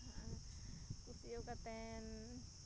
ᱠᱩᱥᱤᱭᱟᱹᱣ ᱠᱟᱛᱮᱱ